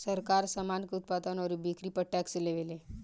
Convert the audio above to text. सरकार, सामान के उत्पादन अउरी बिक्री पर टैक्स लेवेले